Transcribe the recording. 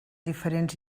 diferents